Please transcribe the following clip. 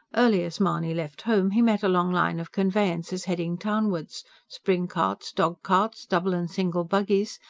early as mahony left home, he met a long line of conveyances heading townwards spring carts, dogcarts, double and single buggies,